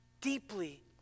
deeply